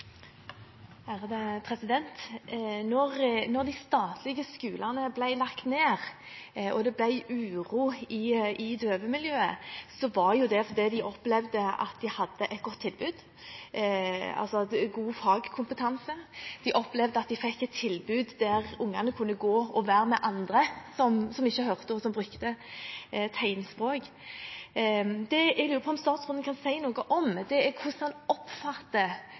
de statlige skolene ble lagt ned, og det ble uro i døvemiljøet, var det fordi de opplevde at de hadde et godt tilbud, med god fagkompetanse. De opplevde at de hadde et tilbud der barna kunne gå og være med andre som ikke hørte, og som brukte tegnspråk. Det jeg lurer på om statsråden kan si noe om, er hvordan han oppfatter